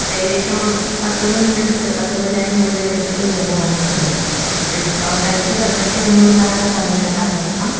ഏകദേശം പത്തൊൻപതിനടുത്ത് പത്തൊൻപ തനായിരം രൂപേൻ്റെ അടുത്ത് വില വന്നിട്ടുണ്ട് ഡിസ്കൗണ്ട് ആയിട്ട് പതിനെട്ട് എണ്ണൂറിന് അങ്ങനെ തന്നിട്ടുണ്ട് ആ സോഫ